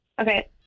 Okay